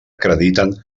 acrediten